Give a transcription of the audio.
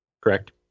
correct